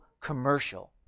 commercial